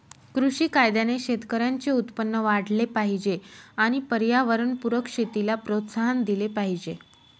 कृषी कायद्याने शेतकऱ्यांचे उत्पन्न वाढले पाहिजे आणि पर्यावरणपूरक शेतीला प्रोत्साहन दिले पाहिजे